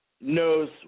knows